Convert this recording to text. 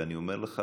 ואני אומר לך,